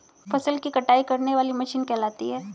फसल की कटाई करने वाली मशीन कहलाती है?